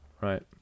Right